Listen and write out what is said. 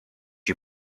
you